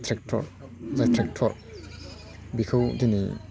tractor tractor बेखौ दिनै